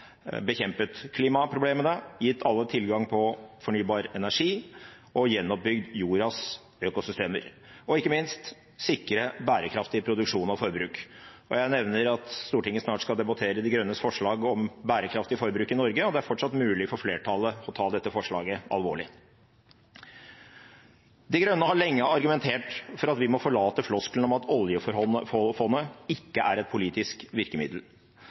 bekjempet klimaproblemene, gitt alle tilgang på fornybar energi og gjenoppbygd jordas økosystemer, og ikke minst ha sikret bærekraftig produksjon og forbruk. Jeg nevner at Stortinget snart skal debattere De Grønnes forslag om bærekraftig forbruk i Norge, og det er fortsatt mulig for flertallet å ta dette forslaget alvorlig. De Grønne har lenge argumentert for at vi må forlate floskelen om at Oljefondet ikke er et politisk virkemiddel.